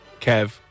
Kev